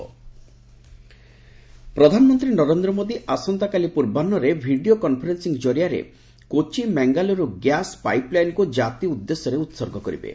PM gas pipeline ପ୍ରଧାନମନ୍ତ୍ରୀ ନରେନ୍ଦ୍ର ମୋଦି ଆସନ୍ତାକାଲି ପୂର୍ବାହ୍ନରେ ଭିଡ଼ିଓ କନ୍ଫରେନ୍ସିଂ କରିଆରେ କୋଚି ମାଙ୍ଗାଲୁରୁ ଗ୍ୟାସ୍ ପାଇପ୍ ଲାଇନ୍କୁ କାତି ଉଦ୍ଦେଶ୍ୟରେ ଉତ୍ସର୍ଗ କରିବେ